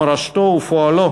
מורשתו ופועלו